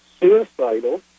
Suicidal